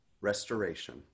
restoration